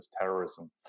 terrorism